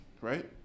right